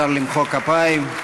אפשר למחוא כפיים.